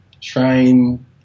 train –